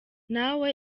nawe